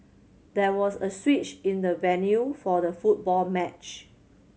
there was a switch in the venue for the football match